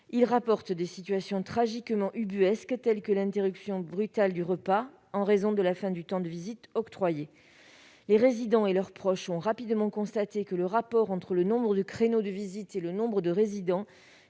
Il relate même des situations tragiquement ubuesques, telles que l'interruption brutale du repas en raison de la fin du temps de visite octroyé. Les résidents et leurs proches ont rapidement constaté que le rapport entre le nombre de créneaux de visites et le nombre de résidents